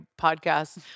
podcast